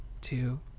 two